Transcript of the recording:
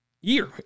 year